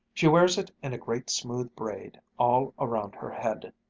she wears it in a great smooth braid all around her head.